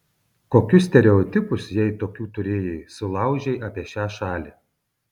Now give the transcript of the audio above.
kokius stereotipus jei tokių turėjai sulaužei apie šią šalį